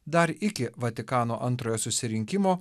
dar iki vatikano antrojo susirinkimo